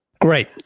Great